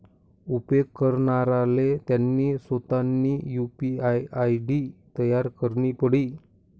उपेग करणाराले त्यानी सोतानी यु.पी.आय आय.डी तयार करणी पडी